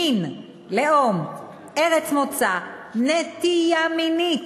מין, לאום, ארץ מוצא, נטייה מינית